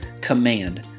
command